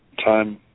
time